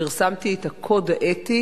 פרסמתי את הקוד האתי